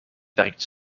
werkt